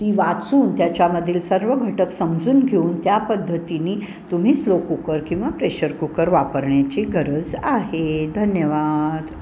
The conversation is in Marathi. ती वाचून त्याच्यामधील सर्व घटक समजून घेऊन त्या पद्धतीने तुम्ही स्लो कुकर किंवा प्रेशर कुकर वापरण्याची गरज आहे धन्यवाद